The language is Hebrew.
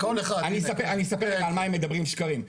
אני אספר לך על מה הם מדברים שקרים,